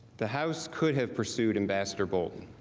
the house could have pursued ambassador bolton.